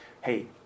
hey